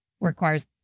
requires